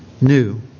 new